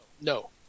No